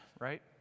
right